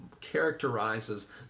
characterizes